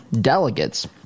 delegates